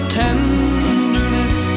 tenderness